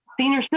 senior